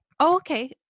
okay